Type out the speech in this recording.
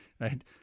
right